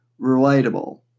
relatable